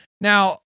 Now